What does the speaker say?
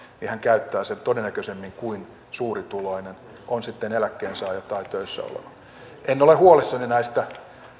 niin hän käyttää sen todennäköisemmin kuin suurituloinen on sitten eläkkeensaaja tai töissä oleva en ole huolissani näistä